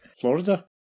Florida